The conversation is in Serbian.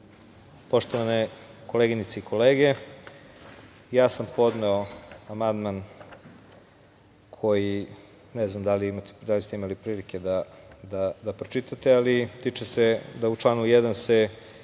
poštovane koleginice i kolege, ja sam podneo amandman koji ne znam da li ste imali prilike da pročitate, ali tiče se da se u članu 1.